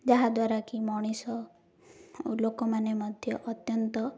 ଯାହାଦ୍ୱାରା କି ମଣିଷ ଓ ଲୋକମାନେ ମଧ୍ୟ ଅତ୍ୟନ୍ତ